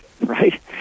Right